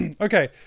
Okay